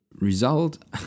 result